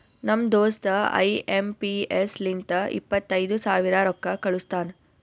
ನಮ್ ದೋಸ್ತ I M P S ಲಿಂತ ಇಪ್ಪತೈದು ಸಾವಿರ ರೊಕ್ಕಾ ಕಳುಸ್ತಾನ್